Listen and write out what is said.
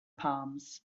palms